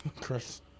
Chris